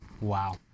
Wow